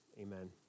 Amen